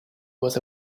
was